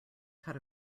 cut